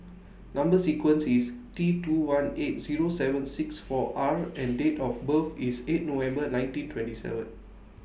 Number sequence IS T two one eight Zero seven six four R and Date of birth IS eight November nineteen twenty seven